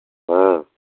हाँ